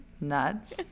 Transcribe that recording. nuts